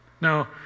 Now